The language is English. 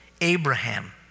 Abraham